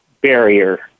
barrier